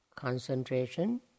concentration